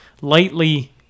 lightly